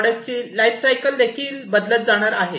प्रॉडक्टची life cycle देखील बदलत जाणार आहे